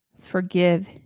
forgive